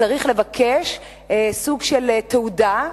צריך לבקש סוג של תעודה,